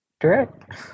Direct